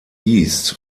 east